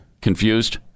Confused